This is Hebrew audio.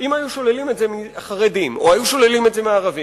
אם היו שוללים את זה מהחרדים או היו שוללים את זה מהערבים,